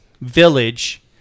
village